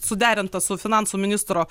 suderinta su finansų ministro